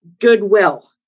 goodwill